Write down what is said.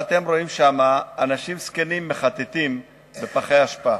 ואתם רואים שם אנשים זקנים מחטטים בפחי אשפה.